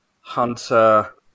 Hunter